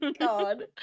God